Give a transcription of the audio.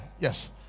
yes